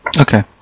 Okay